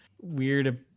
weird